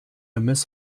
mess